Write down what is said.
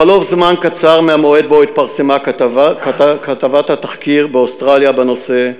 בחלוף זמן קצר מהמועד שבו התפרסמה כתבת התחקיר באוסטרליה בנושא,